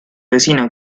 vecino